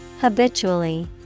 Habitually